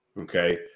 Okay